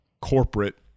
corporate